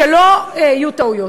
שלא יהיו טעויות.